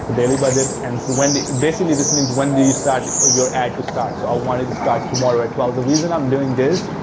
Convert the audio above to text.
daily budget. and so when, basically, this means when do you start ah your ad to start? so, i wanted to start tomorrow at twelve. the reason i'm doing this,